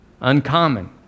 uncommon